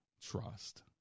trust